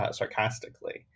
sarcastically